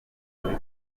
muri